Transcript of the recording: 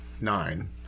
nine